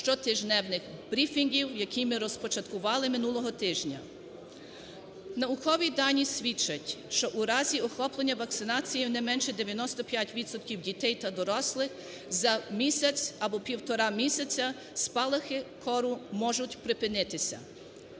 щотижневих брифінгів, які мирозпочаткували минулого тижня. Наукові дані свідчать, що у разі охоплення вакцинацією не менше 95 відсотків дітей та дорослих, за місяць або півтора місяця спалахи кору можуть припинитися.